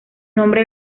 nombre